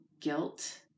guilt